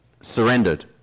surrendered